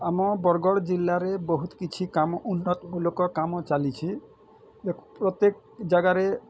ଆମ ବରଗଡ଼ ଜିଲ୍ଲାରେ ବହୁତ୍ କିଛି କାମ ଉନ୍ନତ ଲୋକ କାମ ଚାଲିଛି ପ୍ରତ୍ୟେକ୍ ଜାଗାରେ